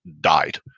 died